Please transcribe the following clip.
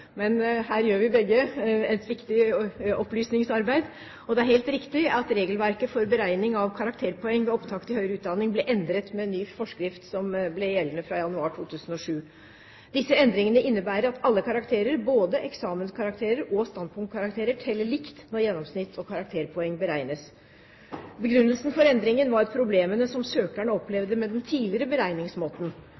Her gjør vi begge et viktig opplysningsarbeid. Det er helt riktig at regelverket for beregning av karakterpoeng ved opptak til høyere utdanning ble endret med ny forskrift, som ble gjeldende fra januar 2007. Disse endringene innebærer at alle karakterer, både eksamenskarakterer og standpunktkarakterer, teller likt når gjennomsnitt og karakterpoeng beregnes. Begrunnelsen for endringen var problemene som søkerne